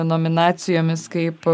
nominacijomis kaip